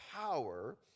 power